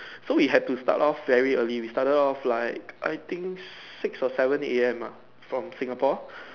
so we have to start off very early we start off like I think six or seven A_M ah from Singapore